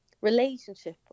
relationship